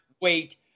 wait